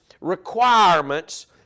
requirements